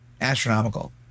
astronomical